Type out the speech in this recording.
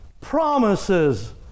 promises